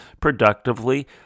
productively